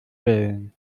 wählen